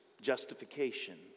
justification